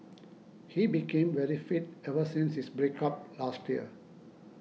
he became very fit ever since his break up last year